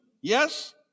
Yes